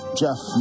jeff